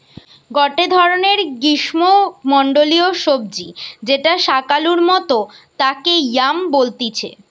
গটে ধরণের গ্রীষ্মমন্ডলীয় সবজি যেটা শাকালুর মতো তাকে য়াম বলতিছে